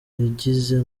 abagize